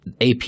ap